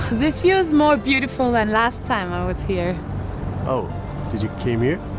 this view is more beautiful than last time i was here oh did you came here?